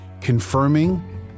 confirming